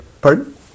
Pardon